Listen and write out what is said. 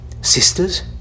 Sisters